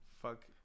Fuck